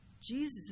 Jesus